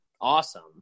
awesome